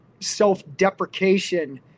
self-deprecation